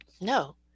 No